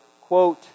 quote